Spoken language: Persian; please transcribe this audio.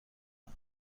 آمد